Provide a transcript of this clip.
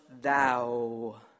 thou